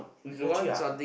legit ah